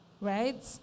right